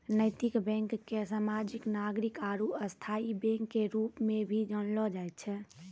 नैतिक बैंक के सामाजिक नागरिक आरू स्थायी बैंक के रूप मे भी जानलो जाय छै